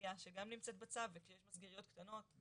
מסגרייה שגם נמצאת בצו, מסגריות קטנות.